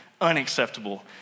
unacceptable